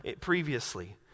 previously